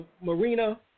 Marina